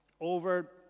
over